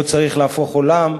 לא צריך להפוך עולם,